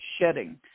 shedding